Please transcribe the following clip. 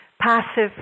passive